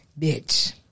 bitch